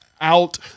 out